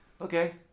Okay